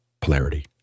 polarity